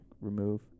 remove